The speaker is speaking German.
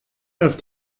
auf